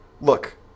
Look